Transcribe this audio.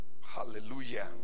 hallelujah